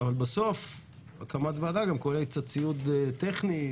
אבל בסוף הקמת ועדה גם כוללת קצת ציוד טכני,